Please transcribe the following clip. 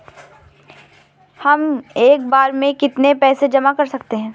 हम एक बार में कितनी पैसे जमा कर सकते हैं?